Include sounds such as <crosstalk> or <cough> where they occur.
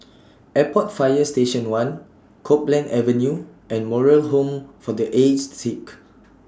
<noise> Airport Fire Station one Copeland Avenue and Moral Home For The Aged Sick